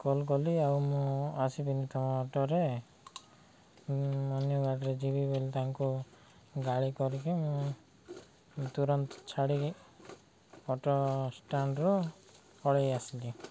call କଲି ଆଉ ମୁଁ ଆସିବିନି ତୁମ ଅଟୋରେ ଅନ୍ୟ ଗାଡ଼ିରେ ଯିବି ବୋଲି ତାଙ୍କୁ ଗାଳି କରିକି ମୁଁ ତୁରନ୍ତ ଛାଡ଼ି ଅଟୋଷ୍ଟାଣ୍ଡରୁ ପଳାଇ ଆସିଲି